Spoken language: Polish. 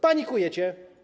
Panikujecie.